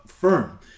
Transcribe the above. firm